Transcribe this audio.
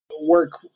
work